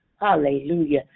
Hallelujah